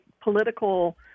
political